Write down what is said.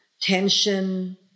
tension